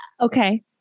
Okay